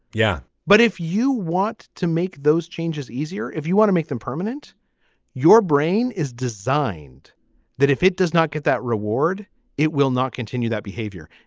yeah but if you want to make those changes easier if you want to make them permanent your brain is designed that if it does not get that reward it will not continue that behavior.